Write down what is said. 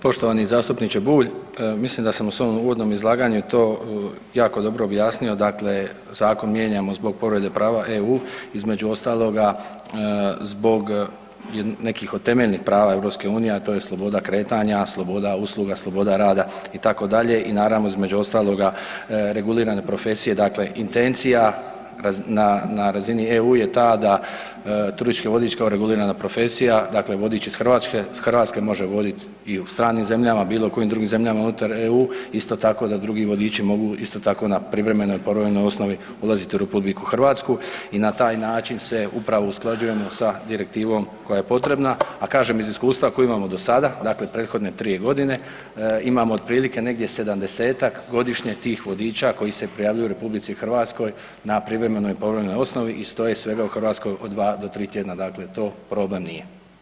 Poštovani zastupniče Bulj, mislim da sam u svom uvodnom izlaganju to jako dobro objasnio, dakle zakon mijenjamo zbog povrede prava EU, između ostaloga zbog nekih od temeljnih prava EU, a to je sloboda kretanja, sloboda usluga, sloboda rada itd. i naravno između ostaloga regulirane profesije dakle intencija na, na razini EU je ta da turistički vodič kao regulirana profesija, dakle vodič iz Hrvatske, iz Hrvatske može vodit i u stranim zemljama, bilo kojim drugim zemljama unutar EU, isto tako da drugi vodiči mogu isto tako na privremenoj i povremenoj osnovi ulaziti u RH i na taj način se upravo usklađujemo sa direktivom koja je potrebna, a kažem iz iskustva koja imamo do sada dakle prethodne 3.g. imamo otprilike negdje 70-tak godišnje tih vodiča koji se prijavljuju RH na privremenoj i povremenoj osnovi i stoje svega u Hrvatskoj od 2 do 3 tjedna, dakle to problem nije.